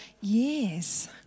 years